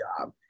job